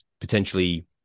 potentially